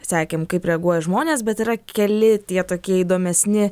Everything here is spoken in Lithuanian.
sekėm kaip reaguoja žmonės bet yra keli tie tokie įdomesni